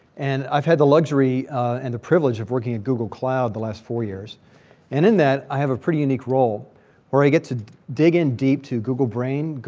and i've had the luxury and the privilege of working at goggle cloud the last four years, and in that, i have a pretty unique role where i get to dig in deep to google brain,